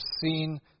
seen